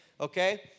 okay